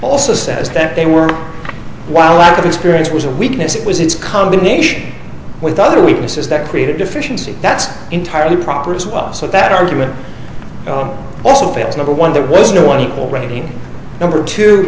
also says that they were while lack of experience was a weakness it was its combination with other weaknesses that created deficiency that's entirely proper as well so that argument oh also fails number one there was no one equal rating number two